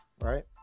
right